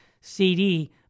CD